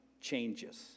changes